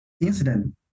incident